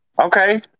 Okay